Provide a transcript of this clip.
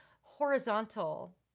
horizontal